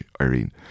Irene